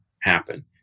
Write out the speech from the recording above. happen